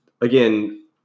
again